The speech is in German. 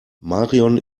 marion